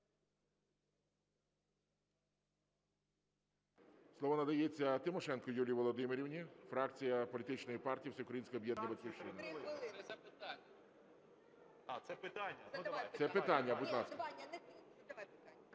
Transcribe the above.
Слово надається Тимошенко Юлії Володимирівні, фракція політичної партії Всеукраїнське об'єднання